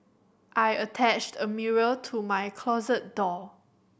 I attached a mirror to my closet door